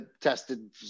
tested